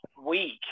week